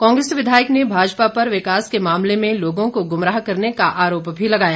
कांग्रेस विधायक ने भाजपा पर विकास के मामले में लोगों को गुमराह करने का आरोप भी लगाया